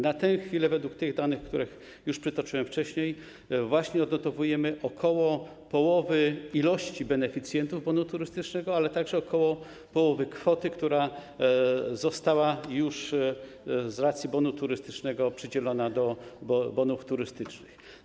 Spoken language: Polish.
Na tę chwilę, według tych danych, które już przytoczyłem wcześniej, właśnie odnotowujemy około połowy ilości beneficjentów bonu turystycznego, ale także około połowy kwoty, która została z racji bonu turystycznego przydzielona do bonów turystycznych.